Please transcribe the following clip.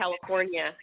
California